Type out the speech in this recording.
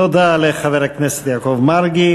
תודה לחבר הכנסת יעקב מרגי.